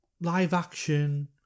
live-action